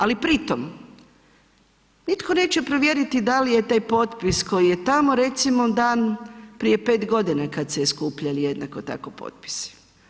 Ali pritom nitko neće provjeriti da li je taj potpis koji je tamo recimo dan prije 5 g. kad se je skupljao jednako tako potpis.